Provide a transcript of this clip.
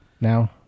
now